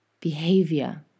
behavior